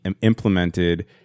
implemented